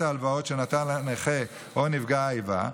ההלוואות שלקח הנכה או נפגע האיבה,